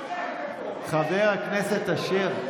חבר הכנסת אשר.